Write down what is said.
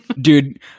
Dude